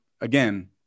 again